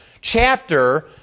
chapter